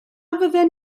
fydden